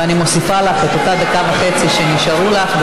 אני מוסיפה לך את אותה דקה וחצי שנשארו לך.